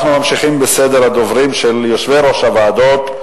אנחנו ממשיכים בסדר הדוברים של יושבי-ראש הוועדות.